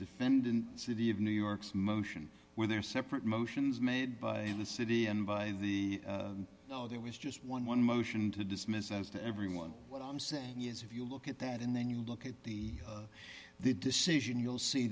defendant city of new york's motion where there are separate motions made by the city and by the there was just one motion to dismiss as to everyone what i'm saying is if you look at that and then you look at the the decision you'll see